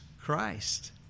Christ